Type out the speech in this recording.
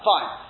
Fine